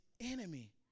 enemy